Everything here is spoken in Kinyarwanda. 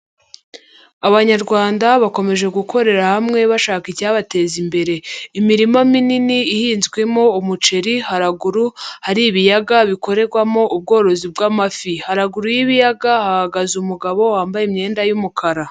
Abanyarwanda bakomeje gukorera hamwe, bashaka icyabateza imbere. Imirima minini ihinzwemo umuceri, haruguru hari ibiyaga bikorerwamo ubworozi bw'amafi. Haruguru y'ibiyaga hagaze umugabo wambaye imyenda y'umukara.